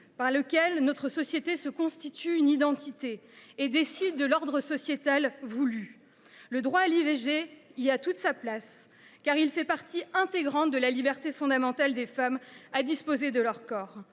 par lequel notre société se constitue une identité et décide de l’ordre sociétal voulu. Le droit à l’IVG y a toute sa place, car il fait partie intégrante de la liberté fondamentale des femmes à disposer de leur corps.